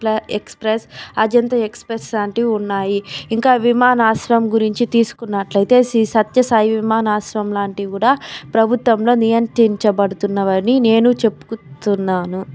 express Ajanta express లాంటివి ఉన్నాయి ఇంకా విమానాశ్రం గురించి తీసుకున్నట్లయితే శ్రీ సత్య సాయి విమానాశ్రంలాంటివి కూడా ప్రభుత్వంలో నియంత్రించబడుతున్నవని నేను చెపుతున్నాను